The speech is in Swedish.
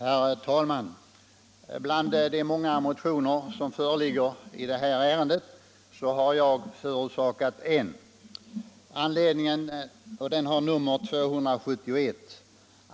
Herr talman! Bland de många motioner som behandlas i detta betänkande har jag väckt en, 1975:271.